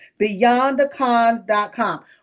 Beyondthecon.com